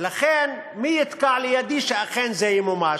ולכן, מי יתקע לידי שאכן זה ימומש?